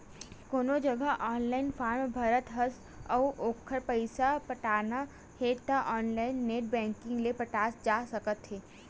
कोनो जघा online form भरत हस अउ ओखर पइसा पटाना हे त ऑनलाइन नेट बैंकिंग ले पटाए जा सकत हे